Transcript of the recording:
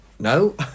No